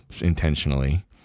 intentionally